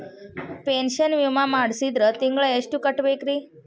Pension ವಿಮಾ ಮಾಡ್ಸಿದ್ರ ತಿಂಗಳ ಎಷ್ಟು ಕಟ್ಬೇಕ್ರಿ?